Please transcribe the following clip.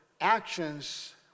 actions